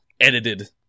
edited